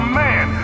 man